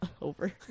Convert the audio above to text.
over